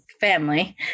family